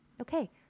Okay